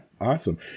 awesome